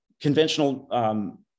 Conventional